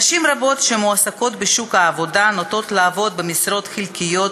נשים רבות שמועסקות בשוק העבודה נוטות לעבוד במשרות חלקיות